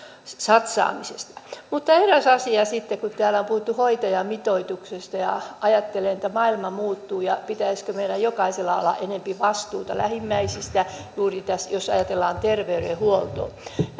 satsaamisesta mutta eräs asia sitten täällä on puhuttu hoitajamitoituksista ajattelen että maailma muuttuu ja että pitäisikö meillä jokaisella olla enempi vastuuta lähimmäisistä juuri jos ajatellaan terveydenhuoltoa